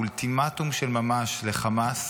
אולטימטום של ממש לחמאס